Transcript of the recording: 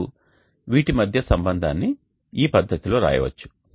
ఇప్పుడు వీటి మధ్య సంబంధాన్ని ఈ పద్ధతిలో రాయవచ్చు